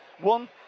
one